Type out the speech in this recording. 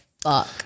fuck